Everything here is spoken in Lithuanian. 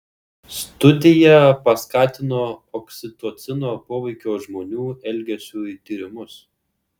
studija paskatino oksitocino poveikio žmonių elgesiui tyrimus